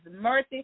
mercy